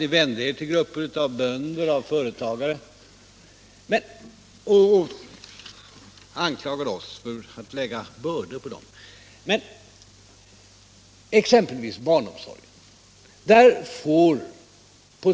Ni vände er till grupper som bönder och företagare och anklagade oss för att lägga bördor på dem. Men ta exempelvis barnomsorgen!